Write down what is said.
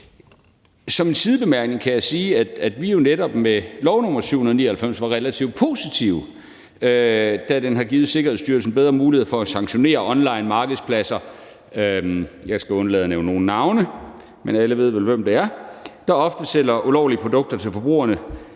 Som en sidebemærkning kan jeg sige, at vi jo netop med lov nr. 799 var relativt positive over for det, da den har givet Sikkerhedsstyrelsen bedre muligheder for at sanktionere onlinemarkedspladser – jeg skal undlade at nævne nogen navne, men alle ved vel, hvem det er – der ofte sælger ulovlige produkter til forbrugerne